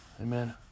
amen